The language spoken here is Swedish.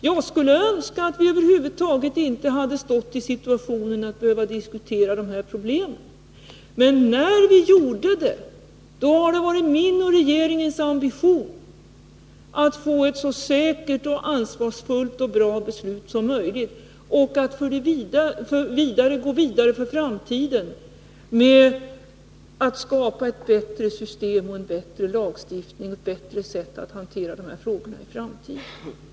Jag skulle önska att vi över huvud taget inte hade stått i situationen att behöva diskutera detta problem. Men när vi gjorde det har det varit min och regeringens ambition att få ett så säkert, ansvarsfullt och bra beslut som möjligt och att gå vidare med att skapa ett bättre system, en bättre lagstiftning och ett bättre sätt att hantera dessa frågor i framtiden.